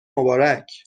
مبارک